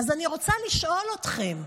אז אני רוצה לשאול אתכם: